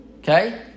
Okay